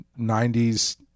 90s